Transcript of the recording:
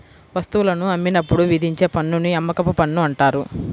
వస్తువులను అమ్మినప్పుడు విధించే పన్నుని అమ్మకపు పన్ను అంటారు